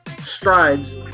strides